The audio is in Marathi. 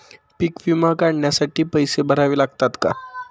पीक विमा काढण्यासाठी पैसे भरावे लागतात का?